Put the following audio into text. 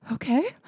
Okay